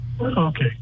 Okay